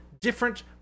different